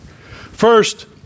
First